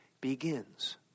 begins